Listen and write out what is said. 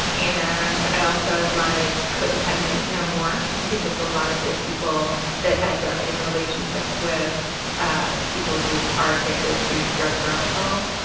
and i also like codependent no more because a lot of the people that end up in relationships with ah people people who are addicted to drugs or alcohol.